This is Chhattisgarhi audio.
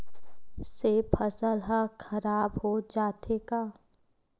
से फसल ह खराब हो जाथे का?